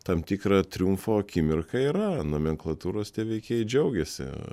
tam tikrą triumfo akimirką yra nomenklatūros tie veikėjai džiaugiasi